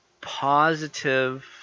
positive